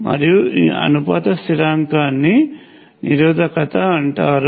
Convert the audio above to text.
మరియు అనుపాత స్థిరాంకాన్ని నిరోధకత అంటారు